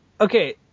okay